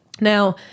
Now